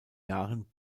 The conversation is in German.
jahren